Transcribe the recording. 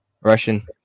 Russian